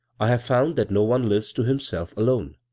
i have found that no one lives to himself alone.